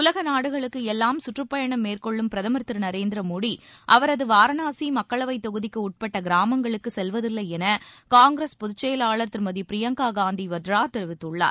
உலக நாடுகளுக்கு எல்லாம் சுற்றுப்பயணம் மேற்கொள்ளும் பிரதமர் திரு நரேந்திர மோடி அவரது வாரணாசி மக்களவைத் தொகுதிக்கு உட்பட்ட கிராமங்களுக்கு செல்வதில்லை என காங்கிரஸ் பொதுச் செயலாளர் திருமதி பிரியங்கா காந்தி வத்ரா தெரிவித்துள்ளார்